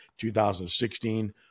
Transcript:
2016